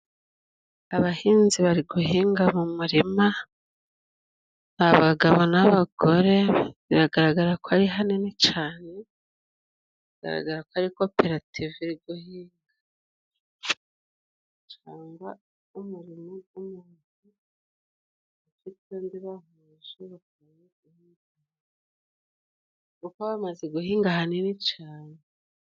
Abahinzi bari guhinga mu murima, n'abagabo n'abagore biragaragara ko ari hanini cyane, bigaragara ko ari koperative guhinga, cyangwa umurimo w'umuntu bahuje bakwiye, kuko bamaze guhinga hanini cyane.